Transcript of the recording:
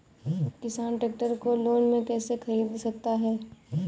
किसान ट्रैक्टर को लोन में कैसे ख़रीद सकता है?